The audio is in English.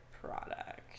product